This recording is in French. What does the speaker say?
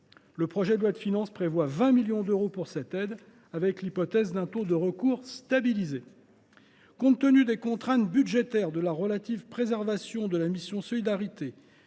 le projet de loi de finances prévoit 20 millions d’euros pour cette aide, dans l’hypothèse d’un taux de recours stabilisé. Compte tenu des contraintes budgétaires et de la relative préservation de la mission « Solidarité,